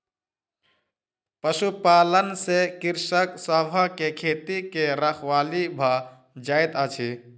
पशुपालन से कृषक सभ के खेती के रखवाली भ जाइत अछि